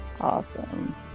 Awesome